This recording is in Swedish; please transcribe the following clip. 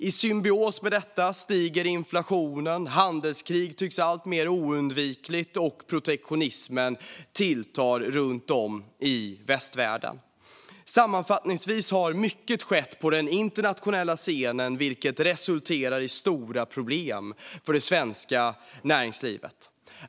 I symbios med detta stiger inflationen samtidigt som handelskrig tycks alltmer oundvikligt och protektionismen tilltar runt om i västvärlden. Sammanfattningsvis har mycket skett på den internationella scenen vilket resulterar i stora problem för det svenska näringslivet.